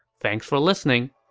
thanks for listening!